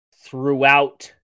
throughout